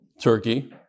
Turkey